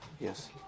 yes